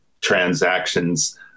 transactions